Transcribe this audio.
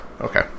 Okay